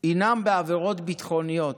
הם בעבירות ביטחוניות,